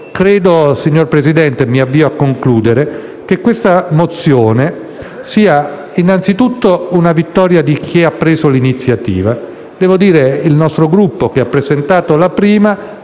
Credo anche - e mi avvio a concludere - che questo sia innanzitutto una vittoria di chi ha preso l'iniziativa. Devo dire che il nostro Gruppo, che ha presentato per primo